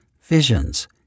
visions